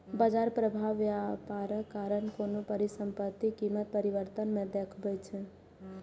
बाजार प्रभाव व्यापारक कारण कोनो परिसंपत्तिक कीमत परिवर्तन मे देखबै छै